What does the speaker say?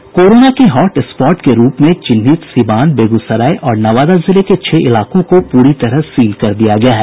corona के hot spot के रूप में चिन्हित सिवान बेग्सराय और नवादा जिले के छह इलाकों को पूरी तरह सील कर दिया गया है